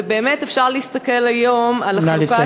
ובאמת אפשר להסתכל היום, נא לסיים.